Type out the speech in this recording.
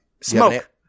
smoke